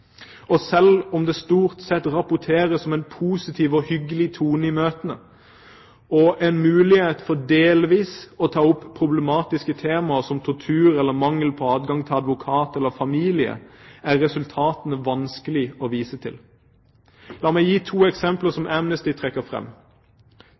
Selv om det stort sett rapporteres som en positiv og hyggelig tone i møtene og en mulighet for delvis å ta opp problematiske temaer som tortur eller mangel på adgang til advokat eller familie, er resultatene vanskelige å vise til. La meg gi to eksempler som